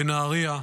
בנהריה,